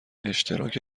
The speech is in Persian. اشتراک